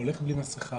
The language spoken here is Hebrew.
שהולך בלי מסכה,